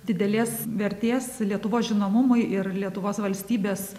didelės vertės lietuvos žinomumui ir lietuvos valstybės